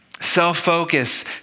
self-focus